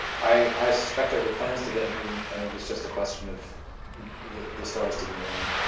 i suspect there were plans to get me and it was just a question of the the stars didn't align.